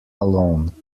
alone